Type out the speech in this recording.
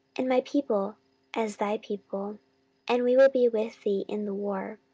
and my people as thy people and we will be with thee in the war.